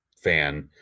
fan